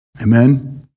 Amen